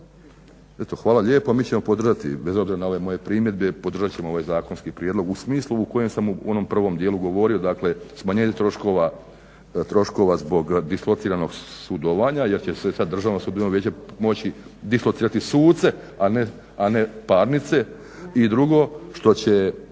hvala lijepa. A mi ćemo podržati bez obzira na ove moje primjedbe podržat ćemo ovaj zakonski prijedlog u smislu u kojem sam u onom prvom dijelu govorio, dakle smanjenje troškova zbog dislociranog sudovanja jer će se sad Državno sudbeno vijeće moći dislocirati suce, a ne parnice. I drugo, što će